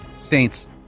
Saints